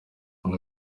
ngo